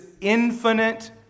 infinite